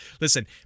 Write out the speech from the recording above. listen